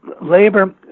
labor